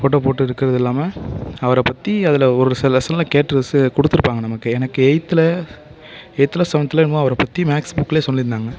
photo போட்டு இருக்கிறது இல்லாமல் அவரை பற்றி அதில் ஒரு சில லெஸனில் கேட்டு கொடுத்துருப்பாங்க நமக்கு எனக்கு எய்த்தில் எய்த்தில் சவென்த்தில் என்னமோ அவரை பற்றி மேக்ஸ் புக்லேயே சொல்லியிருந்தாங்க